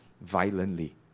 violently